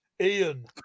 Ian